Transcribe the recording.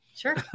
Sure